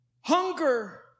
Hunger